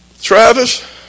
Travis